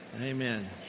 Amen